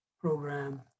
program